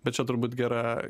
bet čia turbūt gera